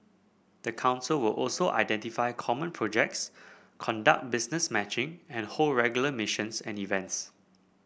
the council will also identify common projects conduct business matching and hold regular missions and events